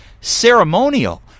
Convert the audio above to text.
ceremonial